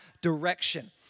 direction